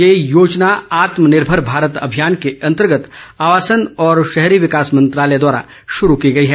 यह योजना आत्मनिर्भर भारत अभियान के अन्तर्गत आवासन और शहरी विकास मंत्रालय द्वारा शुरू की गई है